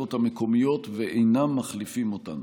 הממשלות המקומיות ואינם מחליפים אותם.